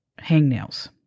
hangnails